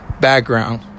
background